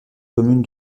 commune